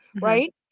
right